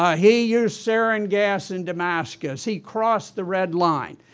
ah he used sarin gas in damascus, he crossed the red line.